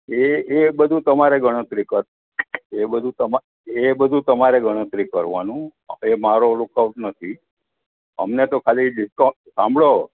એ એ બધું તમારે ગણતરી કરો એ બધું તમા એ બધું તમારે ગણતરી કરવાનું એ મારો લુકઆઉટ નથી અમને તો ખાલી ડિસ્કાઉન્ટ સાંભળો